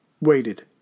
waited